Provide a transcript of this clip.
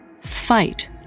Fight